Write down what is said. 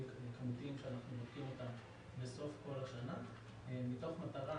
שאנחנו נותנים אותם בסוף כל השנה מתוך מטרה